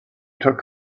took